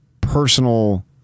personal